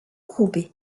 courbé